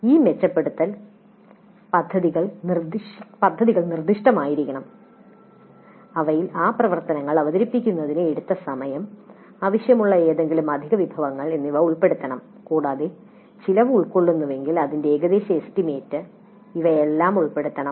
ഈ മെച്ചപ്പെടുത്തൽ പദ്ധതികൾ നിർദ്ദിഷ്ടമായിരിക്കണം അവയിൽ ആ പ്രവർത്തനങ്ങൾ അവതരിപ്പിക്കുന്നതിന് എടുത്ത സമയം ആവശ്യമുള്ള ഏതെങ്കിലും അധിക വിഭവങ്ങൾ എന്നിവ ഉൾപ്പെടുത്തണം കൂടാതെ ചിലവ് ഉൾക്കൊള്ളുന്നുവെങ്കിൽ അതിന്റെ ഏകദേശ എസ്റ്റിമേറ്റ് ഇവയെല്ലാം ഉൾപ്പെടുത്തണം